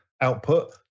output